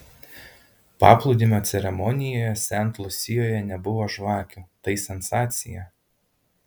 paplūdimio ceremonijoje sent lusijoje nebuvo žvakių tai sensacija